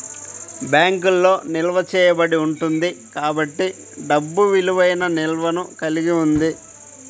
బ్యాంకులో నిల్వ చేయబడి ఉంటుంది కాబట్టి డబ్బు విలువైన నిల్వను కలిగి ఉంది